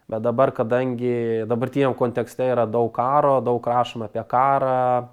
bet dabar kadangi dabartiniam kontekste yra daug karo daug rašoma apie karą